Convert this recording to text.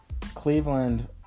Cleveland